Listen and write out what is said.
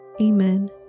Amen